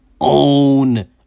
own